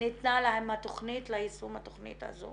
ניתן להם התקציב ליישום התכנית הזו